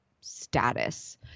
status